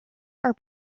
are